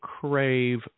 crave